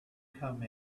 come